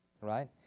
Right